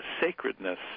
sacredness